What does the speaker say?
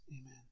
Amen